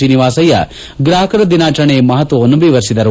ಶ್ರೀನಿವಾಸಯ್ಯ ಗ್ರಾಹಕರ ದಿನಾಚರಣೆ ಮಹತ್ವವನ್ನು ವಿವರಿಸಿದರು